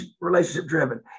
relationship-driven